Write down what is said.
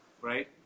right